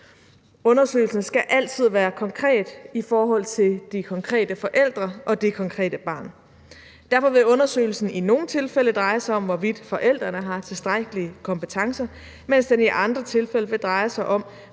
Undersøgelsen skal altid være konkret i forhold til de konkrete forældre og det konkrete barn. Derfor vil undersøgelsen i nogle tilfælde dreje sig om, hvorvidt forældrene har tilstrækkelige kompetencer, mens den i andre tilfælde vil dreje sig om,